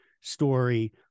story